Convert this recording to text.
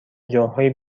جاهای